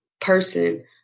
person